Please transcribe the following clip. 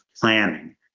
planning